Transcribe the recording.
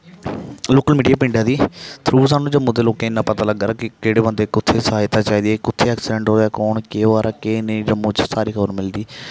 local media पिंडा दी through सानूं जम्मू दे लोकें गी इन्ना पता लग्गा दी कि केह्ड़े बंदे कु'त्थें सहायता चाहिदी ऐ कु'त्थें ऐक्सीडेंट होऐ कु'न केह् होआ दा ऐ केह् नेईं जम्मू च सारी खब़र मिलदी